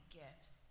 gifts